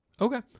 Okay